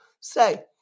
say